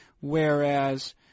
whereas